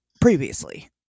previously